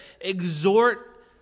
exhort